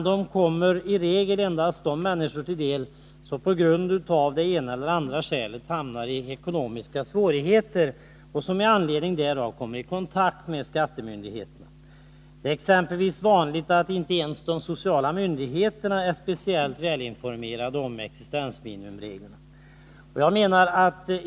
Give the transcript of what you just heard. I regel känner bara de människor till dem som av det ena eller det andra skälet hamnar i ekonomiska svårigheter och på grund därav kommer i kontakt med skattemyndigheterna. Ofta är inte ens de sociala myndigheterna speciellt välinformerade om dessa regler.